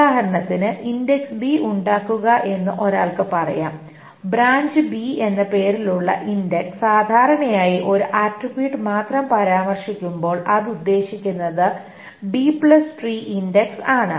ഉദാഹരണത്തിന് index B ഉണ്ടാക്കുക എന്ന് ഒരാൾക്ക് പറയാം ബ്രാഞ്ച് ബി എന്ന പേരിൽ ഉള്ള ഇൻഡക്സ് സാധാരണയായി ഒരു ആട്രിബ്യൂട്ട് മാത്രം പരാമർശിക്കുമ്പോൾ അത് ഉദ്ദേശിക്കുന്നത് B tree B tree index ആണ്